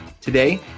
Today